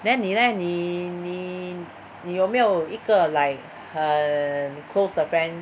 then 你 leh 你你你有没有一个 like 很 close 的 friend